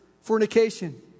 fornication